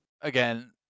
Again